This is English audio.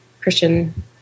Christian